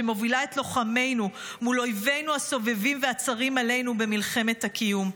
שמובילה את לוחמינו מול אויבינו הסובבים והצרים עלינו במלחמת הקיום.